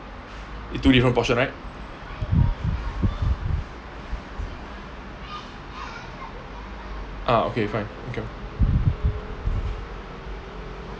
it's two different portions right uh okay fine okay